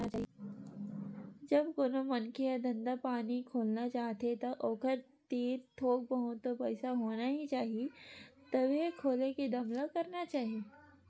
जब कोनो मनखे ह धंधा पानी खोलना चाहथे ता ओखर तीर थोक बहुत तो पइसा होना ही चाही तभे खोले के दम ल करना चाही